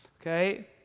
okay